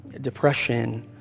depression